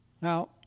Now